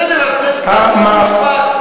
בסדר, אז תעשו משפט.